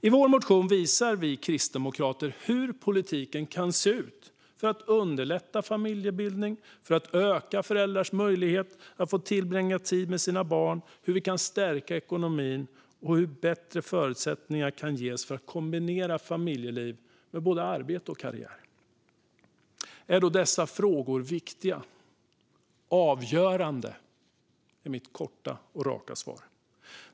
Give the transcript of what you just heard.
I vår motion visar vi kristdemokrater hur politiken kan se ut för att underlätta familjebildning, öka föräldrars möjlighet att få tillbringa tid med sina barn, stärka ekonomin och ge bättre förutsättningar för att kombinera familjeliv med både arbete och karriär. Är dessa frågor viktiga? Avgörande, är mitt korta och raka svar.